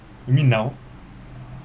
you mean now